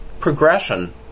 Progression